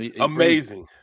Amazing